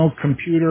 computer